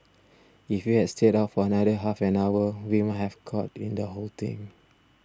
if we had stayed out for another half an hour we might have caught in the whole thing